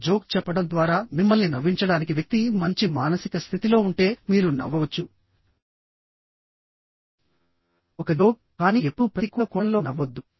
ఒక జోక్ చెప్పడం ద్వారా మిమ్మల్ని నవ్వించడానికి వ్యక్తి మంచి మానసిక స్థితిలో ఉంటే మీరు నవ్వవచ్చు ఒక జోక్ కానీ ఎప్పుడూ ప్రతికూల కోణంలో నవ్వవద్దు